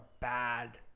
bad